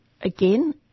again